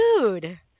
dude